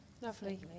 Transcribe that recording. Lovely